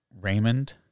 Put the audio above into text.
Raymond